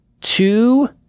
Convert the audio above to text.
Two